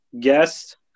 guest